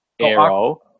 Arrow